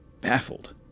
baffled